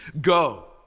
Go